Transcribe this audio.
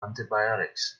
antibiotics